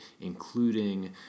including